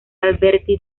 alberti